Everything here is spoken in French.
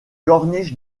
corniche